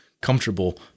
comfortable